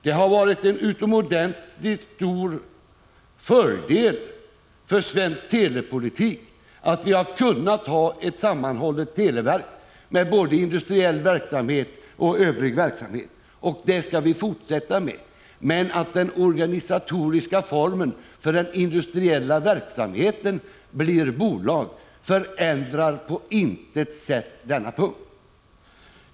Det har varit av utomordentligt stor fördel för svensk telepolitik att vi har kunnat ha ett sammanhållet televerk, med både industriell och övrig verksamhet. Det skall vi fortsätta med. Att den organisatoriska formen för den industriella verksamheten blir bolag medför på intet sätt några förändringar på denna punkt.